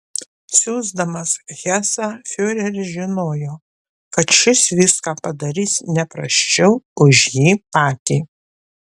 siųsdamas hesą fiureris žinojo kad šis viską padarys ne prasčiau už jį patį